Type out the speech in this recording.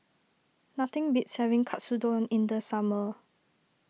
nothing beats having Katsudon in the summer